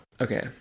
Okay